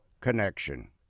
connection